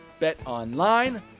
BetOnline